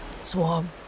swarm